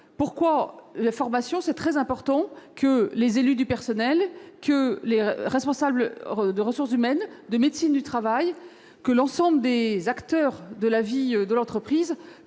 Pourquoi la formation ? Parce qu'il est très important que les élus du personnel, les responsables des ressources humaines, les médecins du travail ainsi que l'ensemble des acteurs de la vie de l'entreprise